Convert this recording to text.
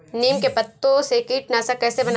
नीम के पत्तों से कीटनाशक कैसे बनाएँ?